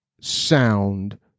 sound